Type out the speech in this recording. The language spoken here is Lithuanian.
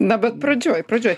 na bet pradžioj pradžioj